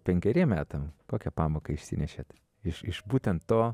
penkeriem metam kokią pamoką išsinešėt iš iš būtent to